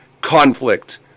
conflict